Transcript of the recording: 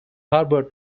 harbor